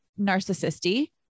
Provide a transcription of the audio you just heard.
narcissistic